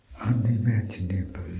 unimaginable